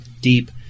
deep